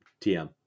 TM